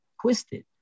twisted